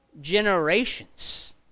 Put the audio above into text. Generations